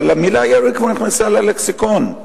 אבל המלה "ירי" כבר נכנסה ללקסיקון,